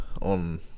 on